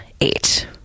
eight